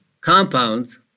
compounds